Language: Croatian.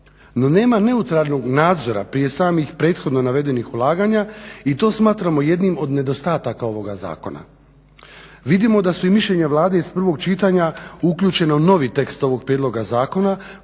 No nema neutralnog nadzora prije samih prethodno navedenih ulaganja i to smatramo jednim od nedostataka ovoga zakona. Vidimo da su i mišljenja Vlade iz prvog čitanja uključena u novi tekst ovog prijedloga zakona